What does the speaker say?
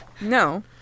No